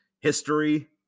history